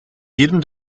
jedem